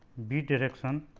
b direction